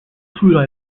food